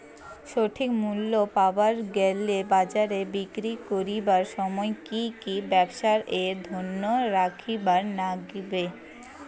সঠিক মূল্য পাবার গেলে বাজারে বিক্রি করিবার সময় কি কি ব্যাপার এ ধ্যান রাখিবার লাগবে?